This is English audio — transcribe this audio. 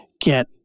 get